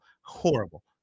horrible